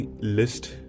list